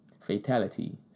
Fatality